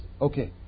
Okay